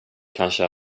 kanske